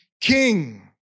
king